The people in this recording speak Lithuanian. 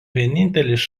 vienintelis